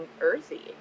earthy